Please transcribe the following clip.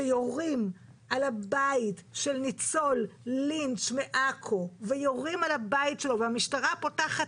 שיורים על הבית של ניצול לינץ' והמשטרה פותחת